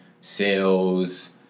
sales